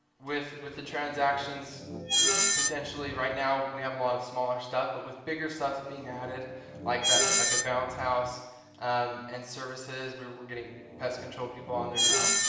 with with the transactions potentially right now we have a lot of smaller stuff, but with bigger stuff being added like that, like a bounce house um and services were were getting pest control people on there now,